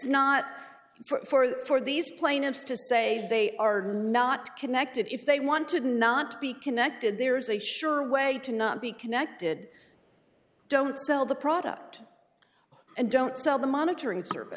not for the for these plaintiffs to say they are not connected if they want to not be connected there is a sure way to not be connected don't sell the product and don't sell the monitoring service